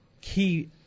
key